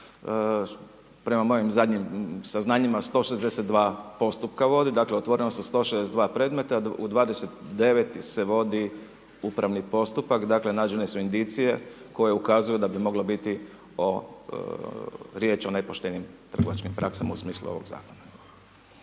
prema mojim zadnjim saznanjima 162 postupka, dakle otvorilo se 162 predmeta, u 29 ih se vodi upravni postupak, dakle nađene su indicije koje ukazuju da bi moglo biti riječ o nepoštenim trgovačkim praksama u smislu ovog zakona.